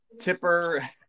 tipper